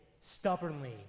stubbornly